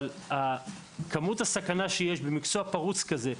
אבל כמות הסכנה שיש במקצוע פרוץ כזה,